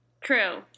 True